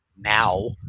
now